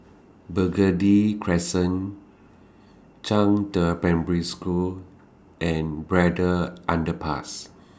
Burgundy Crescent Zhangde Primary School and Braddell Underpass